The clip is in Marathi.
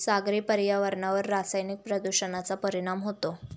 सागरी पर्यावरणावर रासायनिक प्रदूषणाचा परिणाम होतो